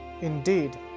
Indeed